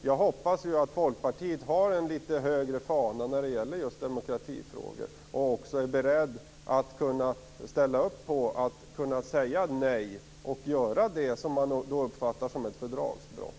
Jag hoppas ju att Folkpartiet håller fanan litet högre i demokratifrågor och är berett att säga nej, dvs. göra det som uppfattas som ett fördragsbrott.